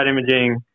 imaging